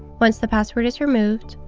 once the password is removed,